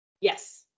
yes